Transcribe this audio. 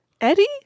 Eddie